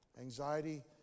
anxiety